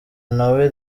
nawe